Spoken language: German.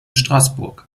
straßburg